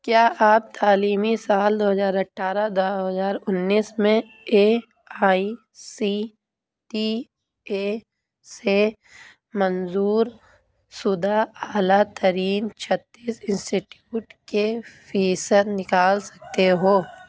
کیا آپ تعلیمی سال دو ہزار اٹھارہ دو ہزار انیس میں A I C T E سے منظور شدہ اعلیٰ ترین چھتیس انسٹیٹیوٹ کے فیصد نکال سکتے ہو